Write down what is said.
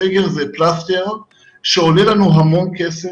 סגר זה פלסטר שעולה לנו המון כסף.